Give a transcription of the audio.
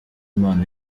impano